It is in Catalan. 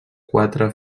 quatre